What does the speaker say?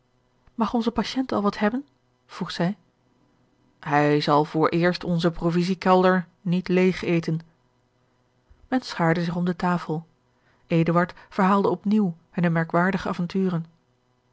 mag onze patient al wat hebben vroeg zij george een ongeluksvogel hij zal vooreerst onzen provisiekelder niet leêg eten men schaarde zich om de tafel eduard verhaalde op nieuw hunne merkwaardige avonturen